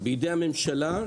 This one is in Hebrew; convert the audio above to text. בידי הממשלה,